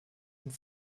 und